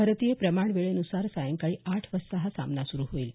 भारतीय प्रमाणवेळेनुसार सायंकाळी आठ वाजता हा सामना सुरू होईल